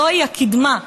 זוהי הקדמה.